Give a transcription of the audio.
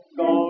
go